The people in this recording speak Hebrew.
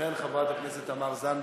לכן, חברת הכנסת תמר זנדברג,